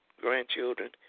grandchildren